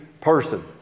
person